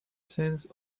since